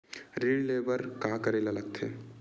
ऋण ले बर का करे ला लगथे?